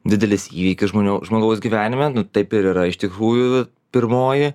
didelis įvykis žmonių žmogaus gyvenime nu taip ir yra iš tikrųjų pirmoji